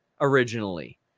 originally